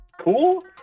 cool